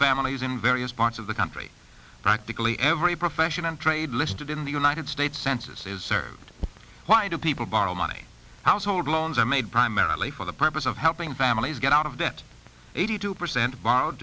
families in various parts of the country practically every profession and trade listed in the united states census is served why do people borrow money household loans are made primarily for the purpose of helping families get out of debt eighty two percent